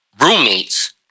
roommates